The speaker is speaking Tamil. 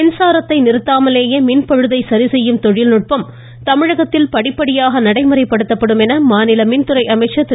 மின்சாரத்தை நிறுத்தாமலேயே மின் பழுதை சரிசெய்யும் தொழில்நுட்பம் தமிழகத்தில் படிப்படியாக நடைமுறைப்படுத்தப்படும் என்று மாநில மின்துறை அமைச்சர் திரு